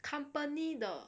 company 的